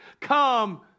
come